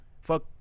Fuck